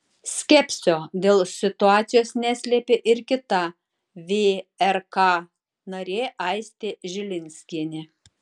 skepsio dėl situacijos neslėpė ir kita vrk narė aistė žilinskienė